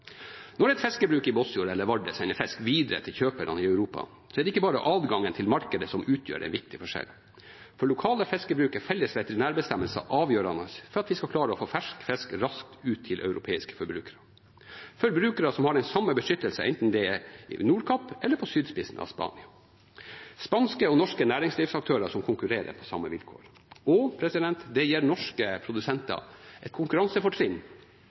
Når et fiskebruk i Båtsfjord eller Vardø sender fisk videre til kjøpere i Europa, er det ikke bare adgangen til markedet som utgjør en viktig forskjell. For lokale fiskebruk er felles veterinærbestemmelser avgjørende for at vi skal klare å få fersk fisk raskt ut til europeiske forbrukere, forbrukere som har den samme beskyttelse enten det er i Nordkapp eller på sydspissen av Spania, og med spanske og norske næringslivsaktører som konkurrerer på samme vilkår. Det gir norske produsenter et konkurransefortrinn